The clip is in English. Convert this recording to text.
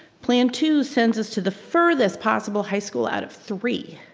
plan two sends us to the furthest possible high school out of three.